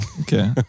Okay